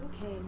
Okay